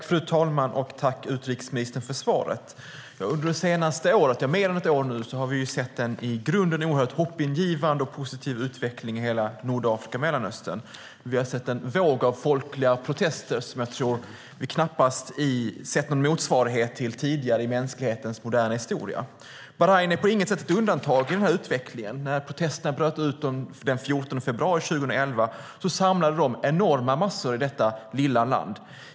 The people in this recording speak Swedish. Fru talman! Jag tackar utrikesministern för svaret. Under mer än ett år nu har vi sett en i grunden oerhört hoppingivande och positiv utveckling i hela Nordafrika och Mellanöstern. Vi har sett en våg av folkliga protester som jag tror att vi knappast sett någon motsvarighet till tidigare i mänsklighetens moderna historia. Bahrain är på inget sätt ett undantag från den utvecklingen. När protesterna bröt ut den 14 februari 2011 samlade de enorma massor i detta lilla land.